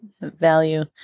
value